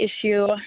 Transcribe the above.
issue